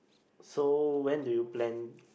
so when do you plan